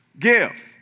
Give